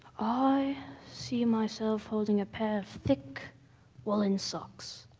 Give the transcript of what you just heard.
i see myself holding a pair of thick woolen socks.